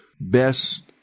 best